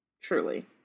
Truly